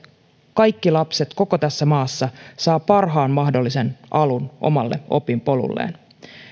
kaikki lapset koko tässä maassa saavat parhaan mahdollisen alun omalle opinpolulleen